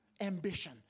Ambition